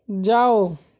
ଯାଅ